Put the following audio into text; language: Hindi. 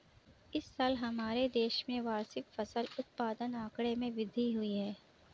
इस साल हमारे देश में वार्षिक फसल उत्पादन आंकड़े में वृद्धि हुई है